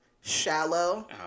shallow